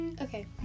Okay